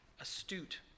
astute